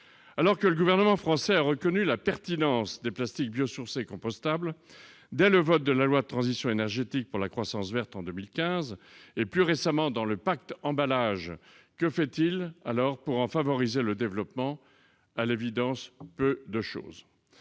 alors que le gouvernement français a reconnu la pertinence de plastique bio-sourcées compostable dès le vote de la loi de transition énergétique pour la croissance verte en 2015 et plus récemment dans le pacte emballage que fait-il alors pour en favoriser le développement à l'évidence, peu de choses,